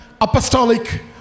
apostolic